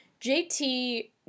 jt